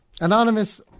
Anonymous